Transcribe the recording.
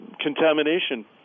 contamination